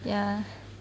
ya